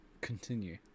continue